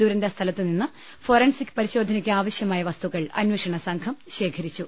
ദുരന്ത സ്ഥലത്ത് നിന്ന് ഫോറൻസിക് പരിശോധനക്ക് ആവശ്യമായ വസ്തുക്കൾ അന്വേഷണ സംഘം ശേഖരിച്ചു